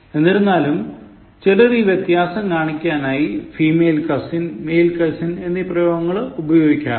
എന്നിരുന്നാലും ചിലർ ഈ വ്യത്യാസം കാണിക്കാനായി female cousin male cousin എന്നീ പ്രയോഗങ്ങൾ ഉപയോഗിക്കാറുണ്ട്